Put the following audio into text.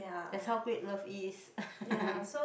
that's how great love is